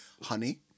Honey